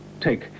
take